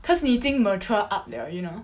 cause 你已经 mature up liao you know